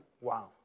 Wow